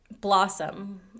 blossom